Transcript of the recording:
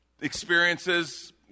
experiences